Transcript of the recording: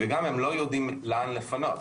הם גם לא יודעים לאן לפנות,